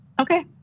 Okay